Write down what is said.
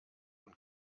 und